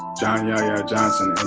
john yahya johnson,